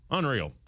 unreal